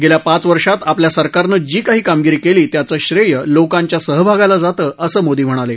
गेल्या पाच वर्षात आपल्या सरकारनं जी काही कामगिरी केली त्याचं श्रेय लोकांच्या सहभागाला जातं असं मोदी म्हणाले